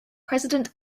president